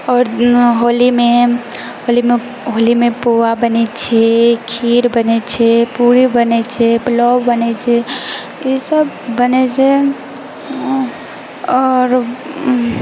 आओर होलीमे होलीमे होलीमे पुआ बनै छै खीर बनै छै पूरी बनै छै पुलाव बनै छै ई सब बनै छै आओर